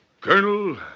Colonel